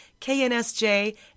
KNSJ